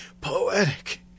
poetic